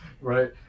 right